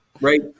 right